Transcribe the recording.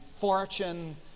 fortune